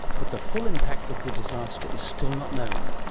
but the full impact of the disaster is still not known.